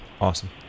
awesome